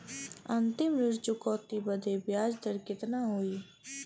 अंतिम ऋण चुकौती बदे ब्याज दर कितना होई?